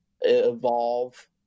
evolve